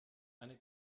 eine